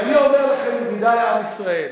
ואני אומר לכם, ידידי עם ישראל,